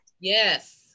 Yes